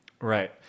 Right